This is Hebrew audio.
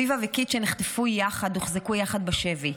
אביבה וקית', שנחטפו יחד, הוחזקו יחד בשבי.